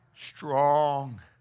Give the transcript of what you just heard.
Strong